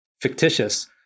fictitious